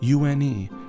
UNE